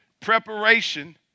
preparation